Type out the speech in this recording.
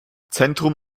zentrum